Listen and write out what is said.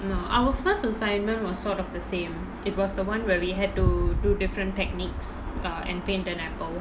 no our first assignment was sort of the same it was the [one] where we had to do different techniques err and paint an apple